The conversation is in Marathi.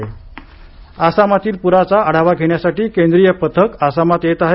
आसामपूर आसामातील पुराचा आढावा घेण्यासाठी केंद्रीय पथक आसामात येत आहे